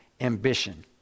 ambition